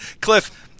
Cliff